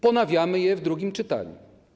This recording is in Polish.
Ponawiamy je w drugim czytaniu.